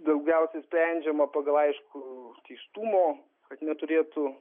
daugiausiai sprendžiama pagal aišku teistumo kad neturėtų